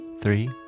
three